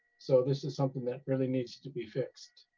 so this is something that really needs to be fixed.